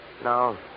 No